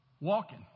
walking